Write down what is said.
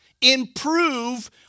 improve